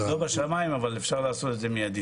זה לא בשמיים, אבל אפשר לעשות את זה מיידית.